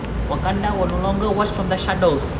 wakanda will no longer watch from the shadows